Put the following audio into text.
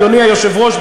אדוני היושב-ראש,